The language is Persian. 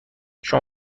شما